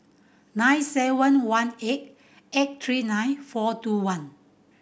nine seven one eight eight three nine four two one